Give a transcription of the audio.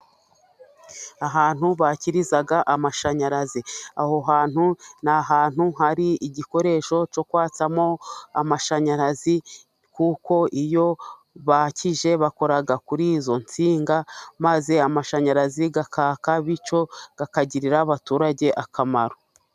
Ahantu bakiriza amashanyarazi, aho hantu ni ahantu hari igikoresho cyo kwatsamo amashanyarazi kuko iyo bakije bakora kuri izo nsinga maze amashanyarazi akaka bityo akagirira abaturage akamaro.